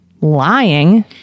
lying